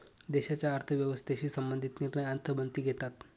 देशाच्या अर्थव्यवस्थेशी संबंधित निर्णय अर्थमंत्री घेतात